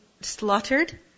slaughtered